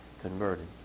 converted